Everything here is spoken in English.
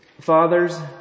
fathers